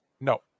No